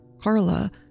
Carla